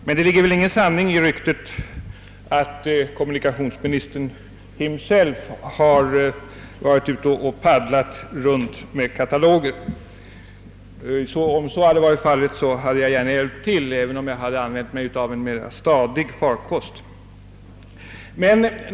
Dock ligger det väl ingen sanning i ryktet att kommunika tionsministern själv har paddlat runt med kataloger. Om så hade varit fallet, hade jag gärna hjälpt till, även om jag hade använt en stadigare farkost.